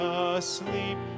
asleep